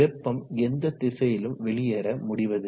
வெப்பம் எந்த திசையிலும் வெளியேற முடிவதில்லை